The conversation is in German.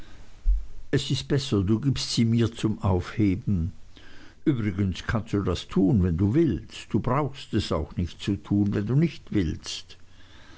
es ist besser du gibst sie mir zum aufheben übrigens kannst du das tun wenn du willst du brauchst es auch nicht zu tun wenn du nicht willst